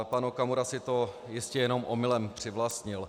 Pan Okamura si to jistě jenom omylem přivlastnil.